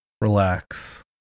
relax